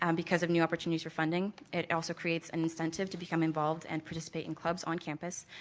um because of new opportunity for funding. it also creates an incentive to become involved and participate in clubs on campus.